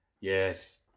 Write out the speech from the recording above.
Yes